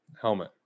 helmet